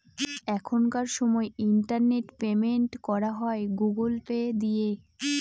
এখনকার সময় internet payment করা হয় গুগুল পে দিয়ে